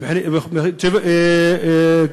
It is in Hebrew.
אני פה.